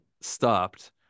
stopped